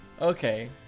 Okay